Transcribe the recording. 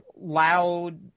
loud